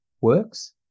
works